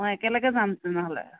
অঁ একেলগে যাম তেনেহ'লে